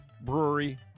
Brewery